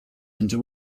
into